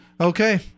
Okay